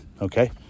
Okay